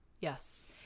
yes